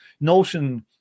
notion